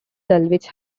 dulwich